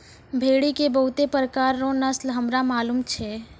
भेड़ी के बहुते प्रकार रो नस्ल हमरा मालूम छै